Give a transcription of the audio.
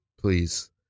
please